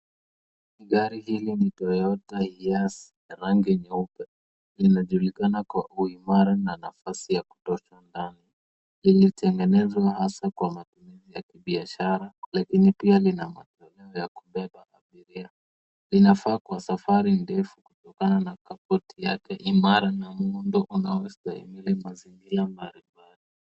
Gari hili ni Toyota Hiace, ya rangi nyeupe. Inajulikana kwa uimara na nafasi ya kutosha ndani. Imetengenezwa hasa kwa matumizi ya kibiashara lakini pia lina matumizi ya kubeba abiria. Inafaa kwa safari ndefu kutokana na kapoti yake imara na muundo unaostahimili mazingira mbali mbali.